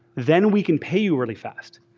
then we can pay you really fast.